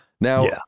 Now